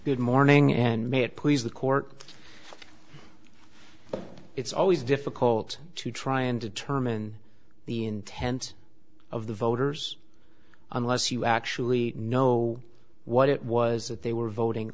good morning and made it please the court it's always difficult to try and determine the intent of the voters unless you actually know what it was that they were voting